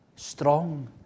Strong